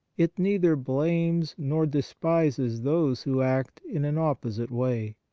it neither blames nor despises those who act in an opposite way.